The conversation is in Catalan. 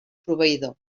proveïdor